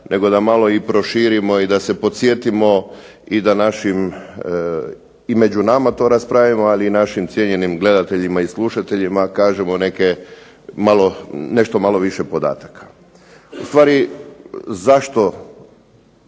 nego da malo i proširimo i da se podsjetimo i među nama to raspravimo, ali i našim cijenjenim gledateljima i slušateljima kažemo nešto malo više podataka. Ustvari zašto